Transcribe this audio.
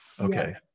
Okay